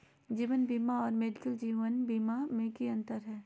जीवन बीमा और मेडिकल जीवन बीमा में की अंतर है?